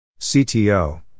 CTO